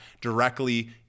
directly